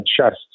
chest